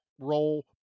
role